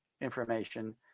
information